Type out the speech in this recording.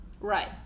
right